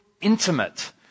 Intimate